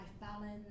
balance